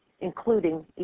including